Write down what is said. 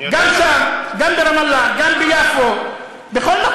הפלסטינים שבים למולדת שלהם מפני שהם